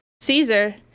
Caesar